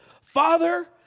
father